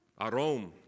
Arom